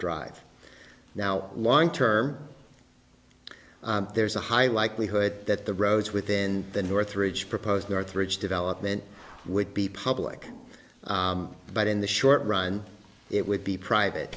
drive now long term there's a high likelihood that the roads within the northridge proposed northridge development would be public but in the short run it would be private